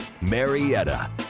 Marietta